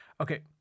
Okay